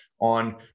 on